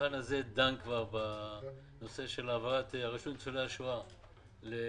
השולחן הזה דן כבר בהעברת הרשות לניצולי השואה למשרד